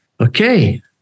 Okay